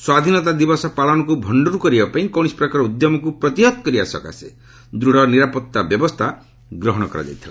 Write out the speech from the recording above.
ସ୍ୱାଧୀନତା ଦିବସ ପାଳନକୁ ଭଣ୍ଡର କରିବା ପାଇଁ କୌଣସି ପ୍ରକାର ଉଦ୍ୟମକୁ ପ୍ରତିହତ କରିବା ସକାଶେ ଦୂଢ଼ ନିରାପତ୍ତା ବ୍ୟବସ୍ଥା ଗ୍ରହଣ କରାଯାଇଥିଲା